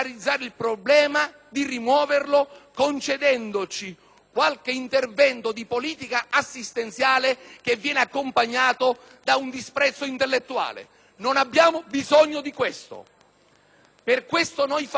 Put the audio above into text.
qualche intervento di politica assistenziale che viene accompagnato da un disprezzo intellettuale. Non abbiamo bisogno di questo. Per questo noi faremo la nostra parte, ma pretendiamo rispetto,